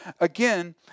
Again